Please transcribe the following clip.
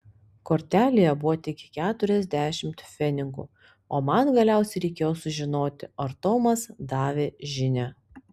kortelėje buvo tik keturiasdešimt pfenigų o man galiausiai reikėjo sužinoti ar tomas davė žinią